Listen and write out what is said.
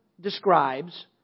describes